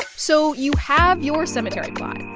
so you have your cemetery plot.